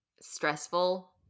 stressful